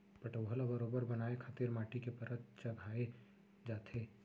पटउहॉं ल बरोबर बनाए खातिर माटी के परत चघाए जाथे